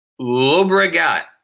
Lobregat